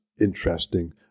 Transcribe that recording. interesting